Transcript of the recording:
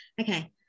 okay